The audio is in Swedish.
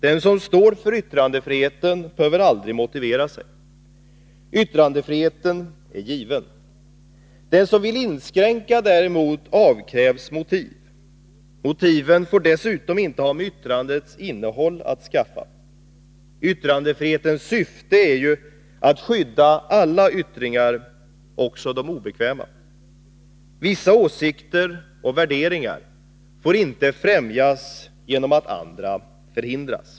Den som står för yttrandefriheten behöver aldrig motivera sig. Yttrandefriheten är given. Den som däremot vill inskränka avkrävs motiv. Motiven får dessutom inte ha med yttrandets innehåll att skaffa. Yttrandefrihetens syfte är ju att skydda alla yttringar, också de obekväma. Vissa åsikter och värderingar får inte främjas genom att andra förhindras.